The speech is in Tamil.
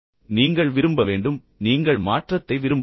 நீங்கள் விரும்ப வேண்டும் நீங்கள் மாற்றத்தை விரும்ப வேண்டும்